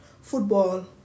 football